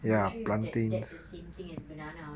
I'm not sure if that that's the same thing as banana or not